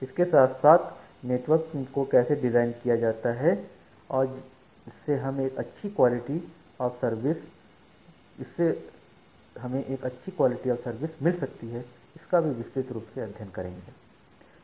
इसके साथ साथ नेटवर्क को कैसे डिजाइन किया जाता है जिससे हमें एक अच्छी क्वालिटी ऑफ सर्विस मिल सकती है इसका भी विस्तृत रूप से अध्ययन करेंगे